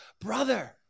brother